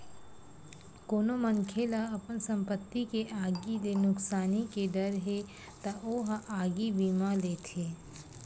कोनो मनखे ल अपन संपत्ति के आगी ले नुकसानी के डर हे त ओ ह आगी बीमा लेथे